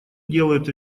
делают